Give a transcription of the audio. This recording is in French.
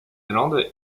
zélande